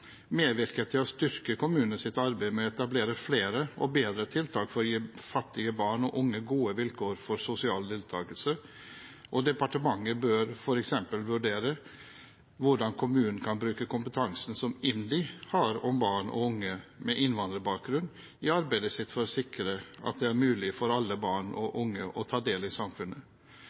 medvirker til å styrke kommunenes arbeid med å etablere flere og bedre tiltak for å gi fattige barn og unge gode vilkår for sosial deltakelse. Departementet bør f.eks. vurdere hvordan kommunene kan bruke kompetansen som IMDi har om barn og unge med innvandrerbakgrunn, i sitt arbeid for å sikre at det er mulig for alle barn og unge å ta del i samfunnet.